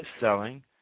selling